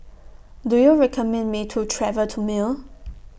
Do YOU recommend Me to travel to Male